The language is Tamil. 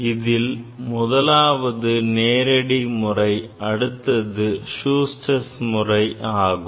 இதில் முதலாவது நேரடி முறை அடுத்தது Schuster's முறை ஆகும்